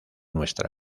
nuestra